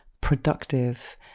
productive